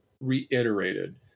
reiterated